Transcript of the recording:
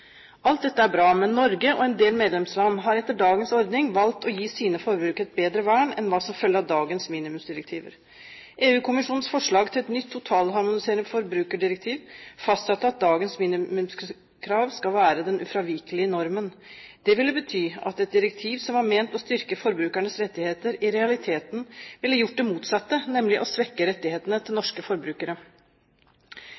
Alt dette er bra, men Norge og en del medlemsland har etter dagens ordning valgt å gi sine forbrukere et bedre vern enn hva som følger av dagens minimumsdirektiver. EU-kommisjonens forslag til et nytt, totalharmoniserende forbrukerdirektiv fastsatte at dagens minimumskrav skal være den ufravikelige normen. Det ville bety at et direktiv som var ment å styrke forbrukernes rettigheter, i realiteten ville gjort det motsatte, nemlig å svekke rettighetene til